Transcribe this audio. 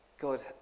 God